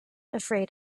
afraid